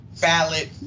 ballot